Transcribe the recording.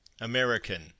american